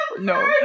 no